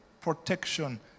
Protection